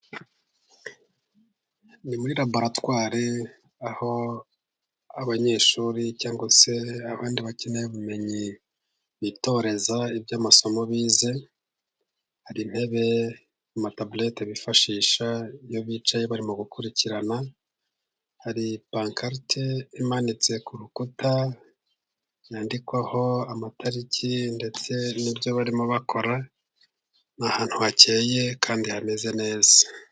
Ni muri laboratwari aho abanyeshuri cyangwa se abandi bakeneye ubumenyi bitoreza iby'amasomo bize, hari intebe amataburete bifashisha iyo bicaye bari mu gukurikirana. Hari pankarite imanitse ku rukuta yandikwaho amatariki ndetse n'ibyo barimo bakora. Ni ahantu hakeye kandi hameze neza.